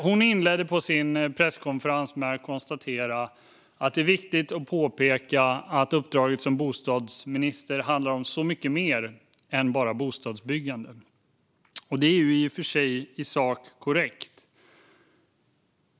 Hon inledde sin presskonferens med att konstatera att det är viktigt att påpeka att uppdraget som bostadsminister handlar om mycket mer än bara bostadsbyggande. Det är i och för sig i sak korrekt.